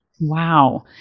Wow